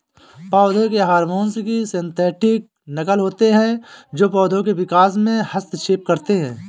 पौधों के हार्मोन की सिंथेटिक नक़ल होते है जो पोधो के विकास में हस्तक्षेप करते है